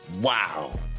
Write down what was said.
Wow